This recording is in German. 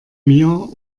mir